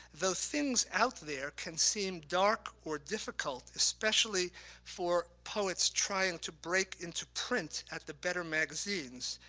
though things out there can seem dark or difficult especially for poets trying to break into print at the better magazines.